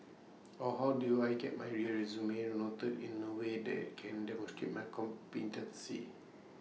or how do I get my resume noted in A way that can demonstrate my competencies